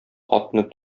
атны